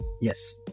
Yes